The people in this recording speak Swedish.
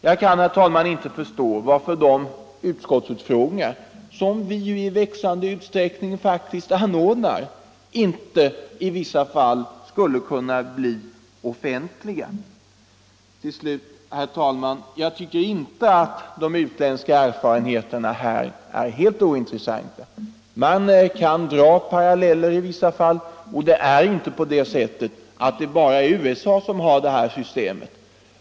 Jag kan, herr talman, inte förstå varför de utfrågningar som vi i växande utsträckning faktiskt anordnar inte i en del fall skulle kunna bli offentliga. Och jag tycker inte att de utländska erfarenheterna är helt ointressanta. Man kan dra en del paralleller i det avseendet, och det är inte bara USA som har det här systemet.